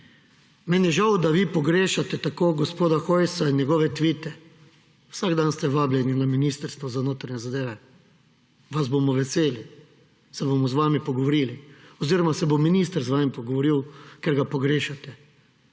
Meni je žal, da vi pogrešate tako gospoda Hojsa in njegove tvite. Vsak dan ste vabljeni na Ministrstvo za notranje zadeve, vas bomo veseli, se bomo z vami pogovorili oziroma se bo minister z vami pogovoril, ker ga pogrešate.